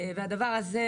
הדבר הזה